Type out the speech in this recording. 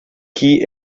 qui